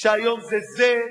שהיום זה זה,